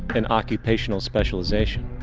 and occupational specialization.